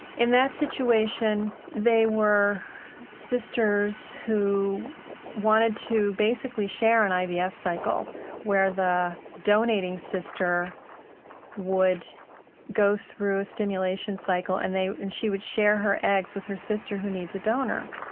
in that situation they were sisters who wanted to basically share an ivf yeah cycle where the donating sister would go through a stimulation cycle and and she would share her eggs with her sister who needs a donor.